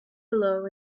below